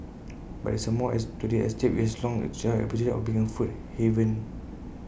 but there is more to this estate which has long enjoyed A reputation of being A food haven